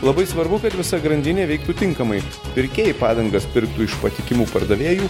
labai svarbu kad visa grandinė veiktų tinkamai pirkėjai padangas pirktų iš patikimų pardavėjų